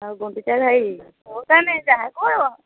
ଆଉ ଗୁଣ୍ଡିଚାଘାଇ ହଉ ତା'ହେଲେ ଯାହା କହିବ